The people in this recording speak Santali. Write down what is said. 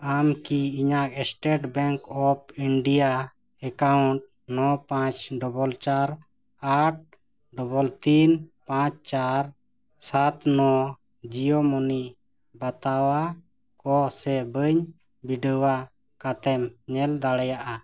ᱟᱢ ᱠᱤ ᱤᱧᱟᱹᱜ ᱱᱚ ᱯᱟᱸᱪ ᱪᱟᱨ ᱟᱴ ᱛᱤᱱ ᱯᱟᱸᱪ ᱪᱟᱨ ᱥᱟᱛ ᱱᱚ ᱵᱟᱛᱟᱣᱟ ᱠᱚ ᱥᱮ ᱵᱟᱹᱧ ᱵᱤᱰᱟᱹᱣᱟ ᱠᱟᱛᱮᱢ ᱧᱮᱞ ᱫᱟᱲᱮᱭᱟᱜᱼᱟ